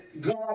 God